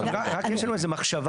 רק יש לנו איזה מחשבה,